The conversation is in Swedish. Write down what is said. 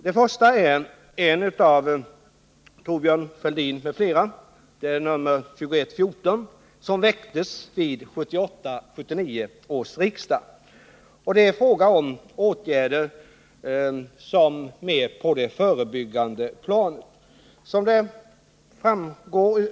Den första är motion nr 2114 av Thorbjörn Fälldin m.fl., som väcktes vid riksmötet 1978/79. Det är mest fråga om åtgärder på det förebyggande planet.